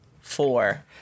four